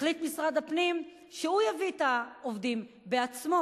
החליט משרד הפנים שהוא יביא את העובדים בעצמו,